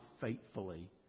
faithfully